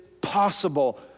possible